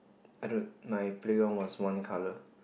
I don't my playground was one colour